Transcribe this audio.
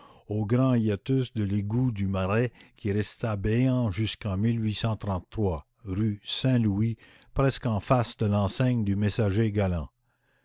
au grand hiatus de l'égout du marais qui resta béant jusqu'en rue saint-louis presque en face de l'enseigne du messager galant